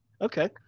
okay